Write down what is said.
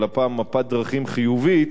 אבל הפעם מפת דרכים חיובית,